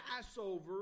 Passover